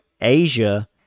Asia